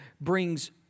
brings